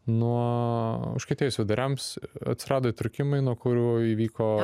nuo užkietėjus viduriams atsirado įtrūkimai nuo kurių įvyko